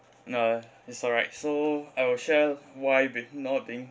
nah it's alright so I will share why being no being